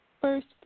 first